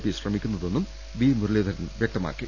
P ശ്രമിക്കുന്ന തെന്നും V Muraleedharan വ്യക്തമാക്കി